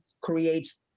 creates